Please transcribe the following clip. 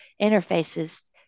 interfaces